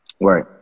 Right